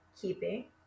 Keeping